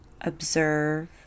observe